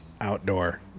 outdoor